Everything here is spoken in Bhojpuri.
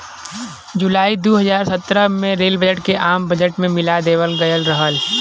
जुलाई दू हज़ार सत्रह में रेल बजट के आम बजट में मिला देवल गयल रहल